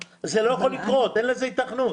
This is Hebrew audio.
אין לזה היתכנות.